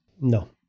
No